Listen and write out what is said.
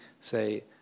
say